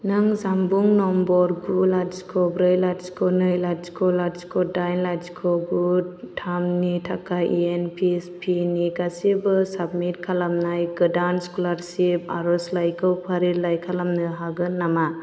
नों जानबुं नम्बर गु लाथिख' ब्रै लाथिख' नै लाथिख' लाथिख' दाइन लाथिख' गु थामनि थाखाय एन एस पि नि गासिबो साबमिट खालामनाय गोदान स्कलारशिप आर'जलाइखौ फारिलाइ खालामनो हागोन नामा